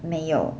没有